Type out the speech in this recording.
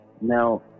Now